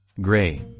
gray